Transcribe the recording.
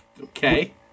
Okay